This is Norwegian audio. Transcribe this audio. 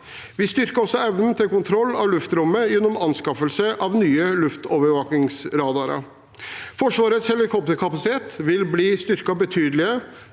Vi styrker også evnen til kontroll av luftrommet gjennom anskaffelse av nye luftovervåkningsradarer. Forsvarets helikopterkapasitet vil bli styrket betydelig med